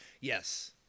Yes